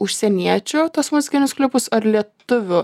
užsieniečių tuos muzikinius klipus ar lietuvių